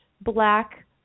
black